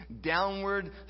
downward